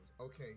okay